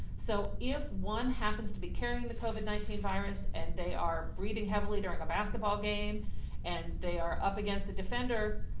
so if one happens to be carrying the covid nineteen virus and they are breathing heavily during a basketball game and they are up against a defender,